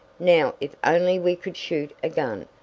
now if only we could shoot a gun,